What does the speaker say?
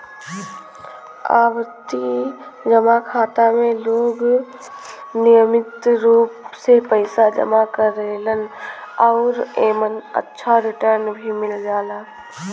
आवर्ती जमा खाता में लोग नियमित रूप से पइसा जमा करेलन आउर एमन अच्छा रिटर्न भी मिल जाला